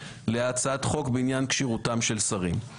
להצעת חוק בעניין כשירותם של שרים.